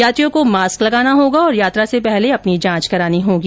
यात्रियों को मास्क लगाना होगा और यात्रा से पहले अपनी जांच करानी होगी